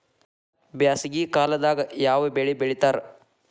ಬ್ಯಾಸಗಿ ಕಾಲದಾಗ ಯಾವ ಬೆಳಿ ಬೆಳಿತಾರ?